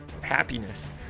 happiness